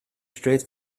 straight